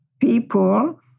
people